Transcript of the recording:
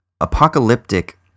apocalyptic